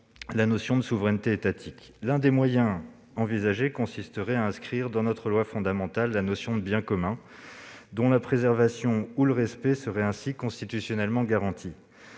la notion de souveraineté étatique. L'un des moyens envisagés consisterait à inscrire dans notre loi fondamentale la notion de « biens communs » dont la « préservation » ou le « respect » seraient ainsi constitutionnellement garantis.